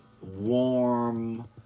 warm